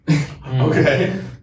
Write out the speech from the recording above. okay